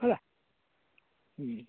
ହେଲା ହୁଁ